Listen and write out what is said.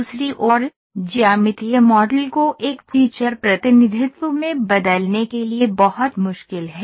दूसरी ओर ज्यामितीय मॉडल को एक फीचर प्रतिनिधित्व में बदलने के लिए बहुत मुश्किल है